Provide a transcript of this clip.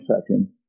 second